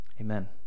Amen